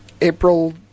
April